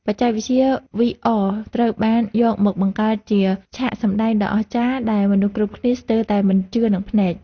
បច្ចេកវិទ្យាវីអរត្រូវបានយកមកបង្កើតជាឆាកសម្តែងដ៏អស្ចារ្យដែលមនុស្សគ្រប់គ្នាស្ទើរតែមិនជឿនឹងភ្នែក។